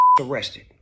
arrested